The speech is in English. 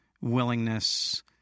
willingness